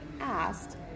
asked